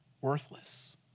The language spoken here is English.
worthless